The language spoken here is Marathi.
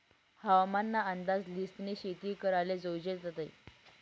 हवामान ना अंदाज ल्हिसनी शेती कराले जोयजे तदय